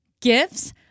Gifts